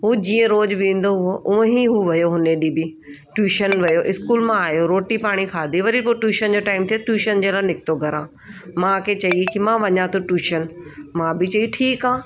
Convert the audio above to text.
हू जीअं रोज़ु वेंदो हुओ ऊअं ई हो वयो उने ॾींहं बि ट्यूशन वियो स्कूल मां आयो रोटी पाणी खाधी वरी पोइ ट्यूशन जो टाईम ट्यूशन जे लाइ निकितो घरां मां खे चयईं की मां वञा थो ट्यूशन मां बि चई ठीकु आहे